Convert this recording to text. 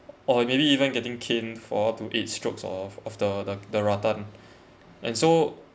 or maybe even getting caned four to up eight strokes of of the the the rattan and so